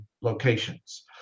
locations